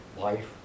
life